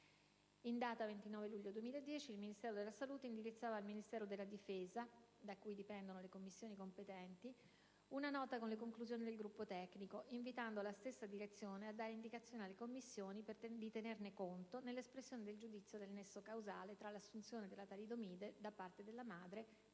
In data 29 luglio 2010, il Ministero della salute indirizzava al Ministero della difesa (da cui dipendono le commissioni competenti) una nota con le conclusioni del gruppo tecnico, invitando la direzione generale della sanità militare a dare indicazioni alle commissioni di tenerne conto nell'espressione del giudizio del nesso causale tra l'assunzione della talidomide da parte della madre e l'infermità.